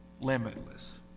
limitless